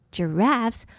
Giraffes